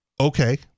Okay